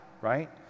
right